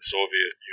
Soviet